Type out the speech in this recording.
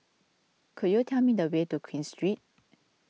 could you tell me the way to Queen Street